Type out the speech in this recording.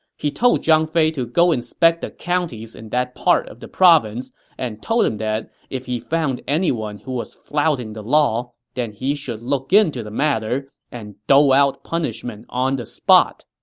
he told zhang fei to go inspect the counties in that part of the province and told him that if he found anyone who was flouting the law, then he should look into the matter and dole out punishment on the spot.